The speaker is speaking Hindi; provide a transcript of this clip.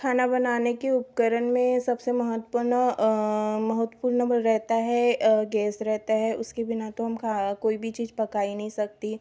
खाना बनाने के उपकरण में सबसे महत्वपूर्ण महत्वपूर्ण रहता है गैस रहता है उसके बिना तो हम कोई भी चीज़ पका ही नहीं सकते